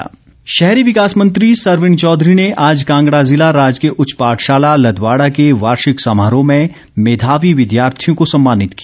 सरवीण चौधरी शहरी विकास मंत्री सरवीण चौधरी ने आज कांगड़ा ज़िला राजकीय उच्च पाठशाला लदवाड़ा के वार्षिक समारोह में मेधावी विद्यार्थियों को सम्मानित किया